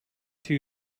two